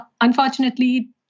unfortunately